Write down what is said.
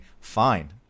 fine